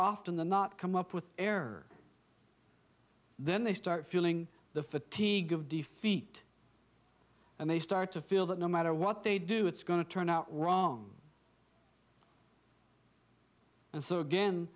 often than not come up with error then they start feeling the fatigue of defeat and they start to feel that no matter what they do it's going to turn out wrong and so again